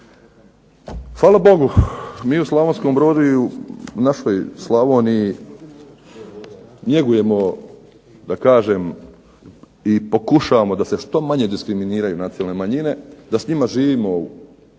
Hvala Bogu, mi u Slavonskom brodu i u našoj Slavoniji njegujemo da kažem i pokušavamo da se što manje diskriminiraju nacionalne manjine, da s njima živimo